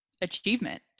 achievement